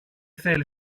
θέλει